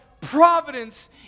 providence